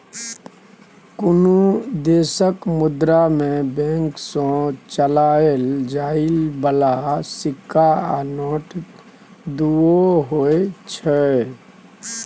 कुनु देशक मुद्रा मे बैंक सँ चलाएल जाइ बला सिक्का आ नोट दुओ होइ छै